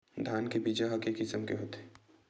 धान के बीजा ह के किसम के होथे?